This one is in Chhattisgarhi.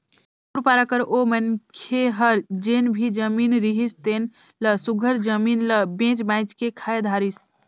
ठाकुर पारा कर ओ मनखे हर जेन भी जमीन रिहिस तेन ल सुग्घर जमीन ल बेंच बाएंच के खाए धारिस